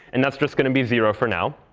and that's just going to be zero for now.